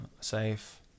Safe